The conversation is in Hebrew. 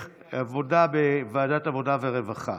לוועדת העבודה והרווחה